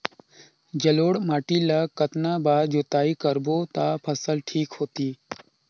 जलोढ़ माटी ला कतना बार जुताई करबो ता फसल ठीक होती?